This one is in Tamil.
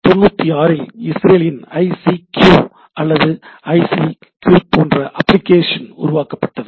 96 இல் இஸ்ரேலின் ஐ சீ க்யூ அல்லது ஐ சீ க்யூ போன்ற அப்ளிகேஷன் உருவாக்கப்பட்டது